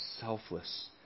selfless